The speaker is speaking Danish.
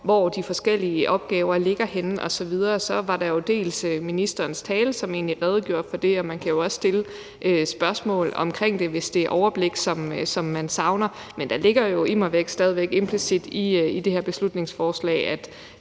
hvor de forskellige opgaver ligger henne osv., var der jo ministerens tale, som egentlig redegjorde for det. Og man kan også stille spørgsmål om det, hvis det er overblik, som man savner. Men det ligger jo immer væk stadig væk implicit i det her beslutningsforslag,